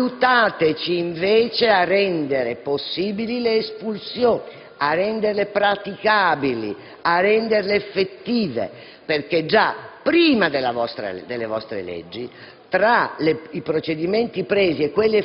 aiutarli invece a rendere possibili le espulsioni, a renderle praticabili, effettive, perché, già prima delle vostre leggi, tra i procedimenti assunti e quelli